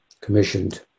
commissioned